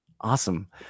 Awesome